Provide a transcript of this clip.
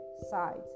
sides